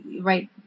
right